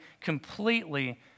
completely